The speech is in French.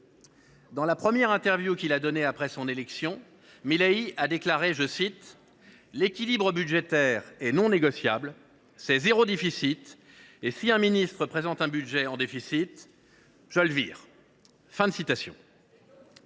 Dans la première qu’il a donnée après son élection, Milei a déclaré :« L’équilibre budgétaire est non négociable. C’est zéro déficit. Si un ministre présente un budget en déficit, je le vire. »